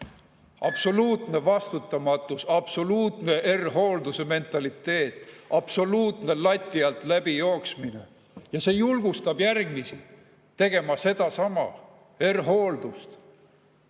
Absoluutne vastutamatus, absoluutne R-Hoolduse mentaliteet, absoluutne lati alt läbi jooksmine! Ja see julgustab järgmisi tegema sedasama R-Hooldust